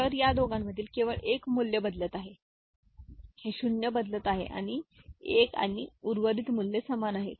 तर या दोघांमधील केवळ एक मूल्य बदलत आहे हे 0 बदलत आहे 1 आणि उर्वरित मूल्ये समान आहेत